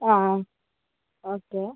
ആ ഓക്കെ